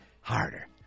harder